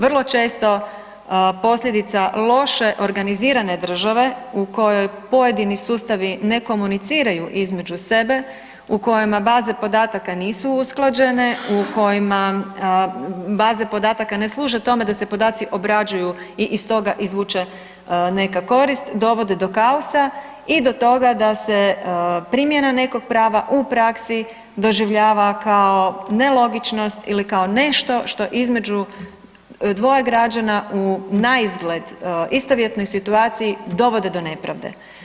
Vrlo često posljedica loše organizirane države u kojoj pojedini sustavi ne komuniciraju između sebe, u kojima baze podataka nisu usklađene, u kojima baze podataka ne služe tome da se podaci obrađuju i iz toga izvuče neka korist dovode do kaosa i do toga da se primjena nekog prava u praksi doživljava kao nelogičnost ili kao nešto što između dvoje građana u naizgled istovjetnoj situaciji dovode do nepravde.